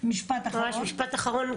משפט אחרון,